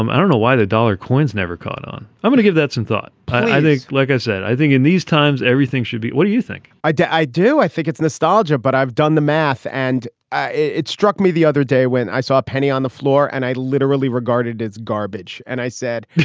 i don't know why the dollar coins never caught on. i'm going to give that some thought. i think, like i said, i think in these times, everything should be. what do you think? i do. i do. i think it's nostalgia. but i've done the math. and it struck me the other day when i saw a penny on the floor and i literally regarded it's garbage. and i said